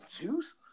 Juice